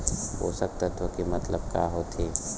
पोषक तत्व के मतलब का होथे?